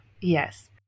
yes